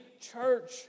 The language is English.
church